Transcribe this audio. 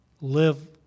live